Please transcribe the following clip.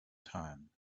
time